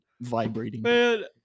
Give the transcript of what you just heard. vibrating